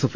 F